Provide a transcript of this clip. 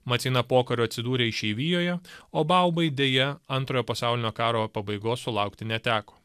maceina pokariu atsidūrė išeivijoje o baubai deja antrojo pasaulinio karo pabaigos sulaukti neteko